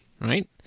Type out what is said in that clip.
right